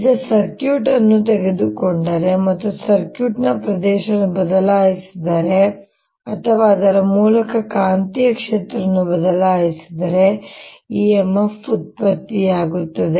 ಈಗ ನಾನು ಸರ್ಕ್ಯೂಟ್ ಅನ್ನು ತೆಗೆದುಕೊಂಡರೆ ಮತ್ತು ಸರ್ಕ್ಯೂಟ್ ನ ಪ್ರದೇಶವನ್ನು ಬದಲಾಯಿಸಿದರೆ ಅಥವಾ ಅದರ ಮೂಲಕ ಕಾಂತೀಯ ಕ್ಷೇತ್ರವನ್ನು ಬದಲಾಯಿಸಿದರೆ ಆಗ ಒಂದು em f ಉತ್ಪತ್ತಿಯಾಗುತ್ತದೆ